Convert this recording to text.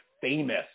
famous